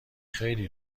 خیلی